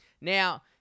Now